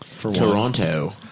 Toronto